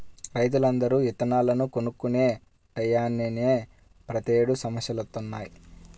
రైతులందరూ ఇత్తనాలను కొనుక్కునే టైయ్యానినే ప్రతేడు సమస్యలొత్తన్నయ్